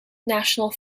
national